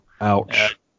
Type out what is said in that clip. ouch